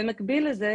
במקביל לכך,